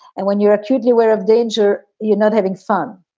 and when you're acutely aware of danger, you're not having fun.